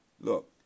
Look